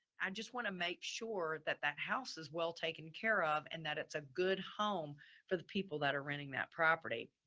i just want to make sure that that house is well taken care of and that it's a good home for the people that are renting that property.